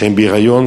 בהיריון.